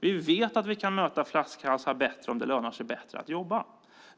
Vi vet att vi kan möta flaskhalsar bättre om det lönar sig mer att jobba.